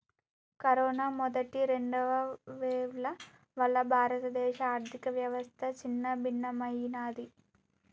corona మొదటి, రెండవ వేవ్ల వల్ల భారతదేశ ఆర్ధికవ్యవస్థ చిన్నాభిన్నమయ్యినాది